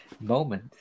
moment